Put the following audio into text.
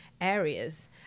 areas